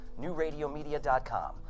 NewRadioMedia.com